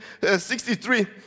63